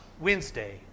Wednesday